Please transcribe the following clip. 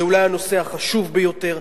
זה אולי הנושא החשוב ביותר.